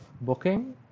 booking